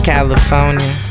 California